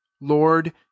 lord